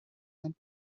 and